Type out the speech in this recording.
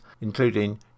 including